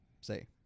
say